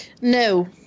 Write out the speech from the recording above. No